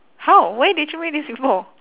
how where did you read this info